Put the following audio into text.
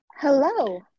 hello